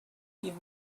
give